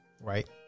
right